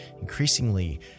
increasingly